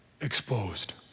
exposed